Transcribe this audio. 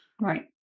Right